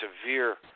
severe